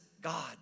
God